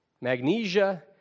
Magnesia